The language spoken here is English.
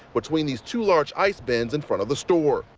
between these two large ice bins in front of the store.